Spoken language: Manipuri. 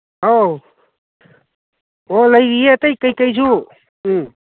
ꯑꯧ ꯍꯣ ꯂꯩꯔꯤꯌꯦ ꯑꯇꯩ ꯀꯩꯀꯩꯁꯨ ꯎꯝ